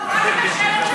לא, רק את השאלות של,